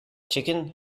chicken